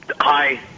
Hi